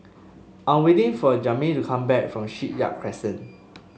I'm waiting for Jaime to come back from Shipyard Crescent